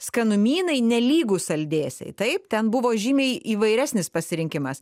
skanumynai nelygu saldėsiai taip ten buvo žymiai įvairesnis pasirinkimas